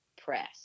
press